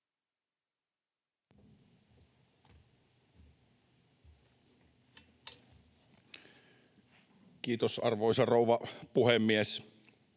Kiitos, arvoisa rouva puhemies!